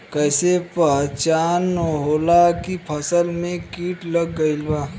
कैसे पहचान होला की फसल में कीट लग गईल बा?